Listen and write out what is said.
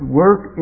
work